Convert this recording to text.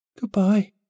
Goodbye